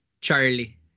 Charlie